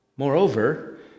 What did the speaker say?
Moreover